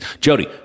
Jody